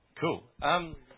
Cool